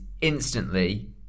instantly